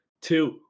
two